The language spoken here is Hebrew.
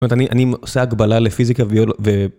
זאת אומרת אני אני עושה הגבלה לפיזיקה וויולו ו...